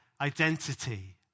identity